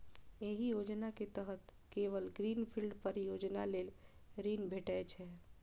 एहि योजना के तहत केवल ग्रीन फील्ड परियोजना लेल ऋण भेटै छै